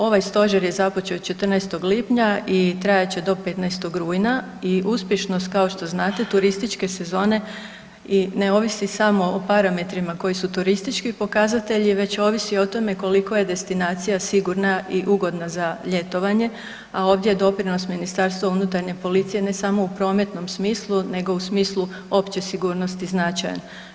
Ovaj Stožer je započeo 14. lipnja i trajat će do 15. rujna i uspješnost, kao što znate, turističke sezone ne ovisi samo o parametrima koji su turistički pokazatelji, već ovisi o tome koliko je destinacija sigurna i ugodna za ljetovanje, a ovdje je doprinos ministarstva unutarnje policije ne samo u prometnom smislu nego u smislu opće sigurnosti značajan.